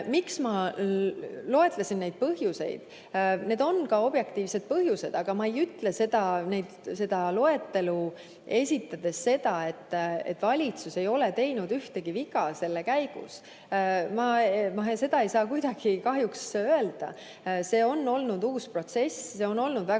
Miks ma loetlesin neid põhjuseid? Need on objektiivsed põhjused. Ja ma ei ütle seda loetelu esitades seda, et valitsus ei ole teinud ühtegi viga selle käigus. Ma seda ei saa kuidagi kahjuks öelda. See on olnud uus protsess, on olnud väga